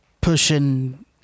pushing